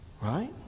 right